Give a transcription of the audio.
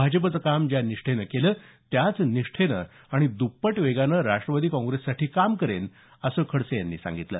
भाजपचं काम ज्या निष्ठेनं केलं त्याच निष्ठेनं आणि द्प्पट वेगानं राष्ट्रवादी काँग्रेससाठी काम करेन असं खडसे म्हणाले